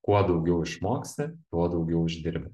kuo daugiau išmoksti tuo daugiau uždirbi